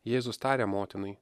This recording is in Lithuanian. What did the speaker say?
jėzus tarė motinai